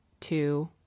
two